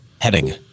Heading